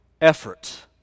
effort